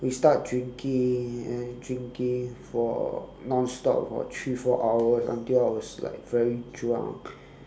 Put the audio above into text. we start drinking and drinking for non stop for three four hours until I was like very drunk